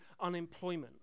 unemployment